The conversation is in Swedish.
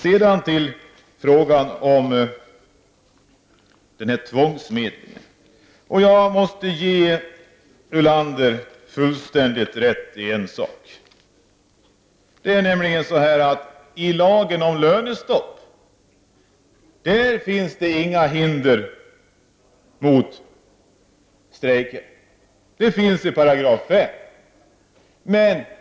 Sedan till frågan om tvångsmedlingen. Jag måste ge Lars Ulander fullständigt rätt när det gäller en sak. I lagen om lönestopp finns det inga hinder mot strejker — det finns det i 5 § i regeringens förslag.